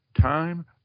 time